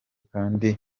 kandi